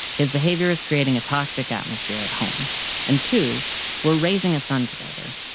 his behavior is creating a toxic atmosphere at home and two were raising a son together.